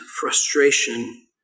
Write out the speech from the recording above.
frustration